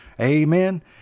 Amen